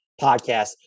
podcast